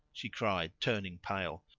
she cried, turning pale.